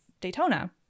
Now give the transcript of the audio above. Daytona